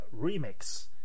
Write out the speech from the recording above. remix